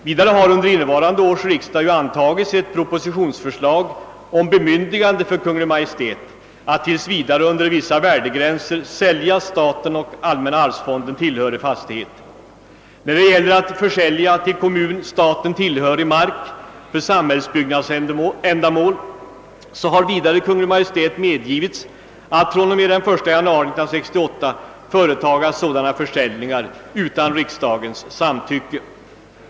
Vidare har under innevarande års riksdag antagits ett propositionsförslag om bemyndigande för Kungl. Maj:t att tills vidare under vissa värdegränser sälja staten och allmänna arvsfonden tillhörig fastighet. När det gäller att försälja till kommun staten tillhörig mark för samhällsbyggnadsändamål har även Kungl. Maj:t medgivits att från och med den 1 januari 1968 företa sådana försäljningar utan riksdagens samtyc ke.